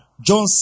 John